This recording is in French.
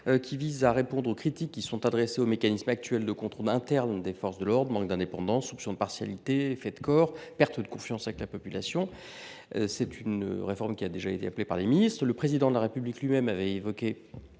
Elle vise à répondre aux critiques qui sont adressées aux mécanismes actuels de contrôle interne des forces de l’ordre : manque d’indépendance, soupçon de partialité, effet de corps ou encore perte de confiance avec la population. Une telle réforme a déjà été appelée par les ministres. Le Président de la République lui même avait évoqué